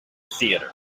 theatre